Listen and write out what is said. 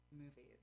movies